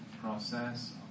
process